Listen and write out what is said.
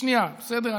שנייה, בסדר?